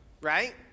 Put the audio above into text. Right